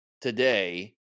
today